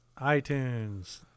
iTunes